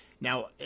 Now